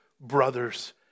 brother's